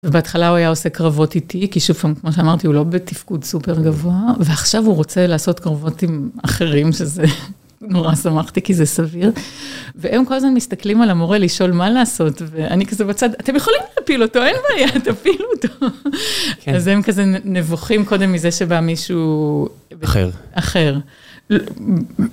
ובהתחלה הוא היה עושה קרבות איתי, כי שוב פעם, כמו שאמרתי, הוא לא בתפקוד סופר גבוה, ועכשיו הוא רוצה לעשות קרבות עם אחרים, שזה נורא שמחתי, כי זה סביר. והם כל הזמן מסתכלים על המורה לשאול מה לעשות, ואני כזה בצד, אתם יכולים להפיל אותו, אין בעיה, תפילו אותו. אז הם כזה נבוכים קודם מזה שבא מישהו... אחר. אחר.